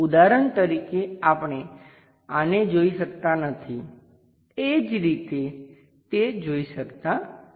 ઉદાહરણ તરીકે આપણે આને જોઈ શકતા નથી એ જ રીતે તે જોઈ શકતા નથી